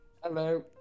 Hello